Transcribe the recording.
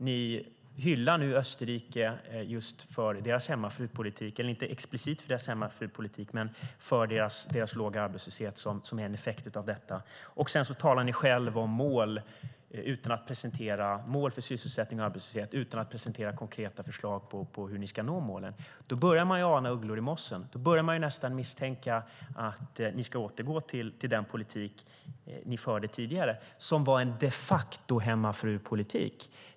Nu hyllar ni Österrike för deras hemmafrupolitik - eller inte explicit för deras hemmafrupolitik utan för deras låga arbetslöshet, som är en effekt av den - och talar om mål för sysselsättning och arbetslöshet utan att presentera konkreta förslag på hur ni ska nå dem. Lägger man ihop detta kan man börja ana ugglor i mossen. Man börjar nästan misstänka att ni ska återgå till den politik ni förde tidigare, som de facto var en hemmafrupolitik.